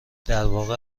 درواقع